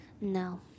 No